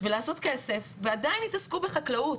ולעשות כסף, ועדיין יתעסקו בחקלאות.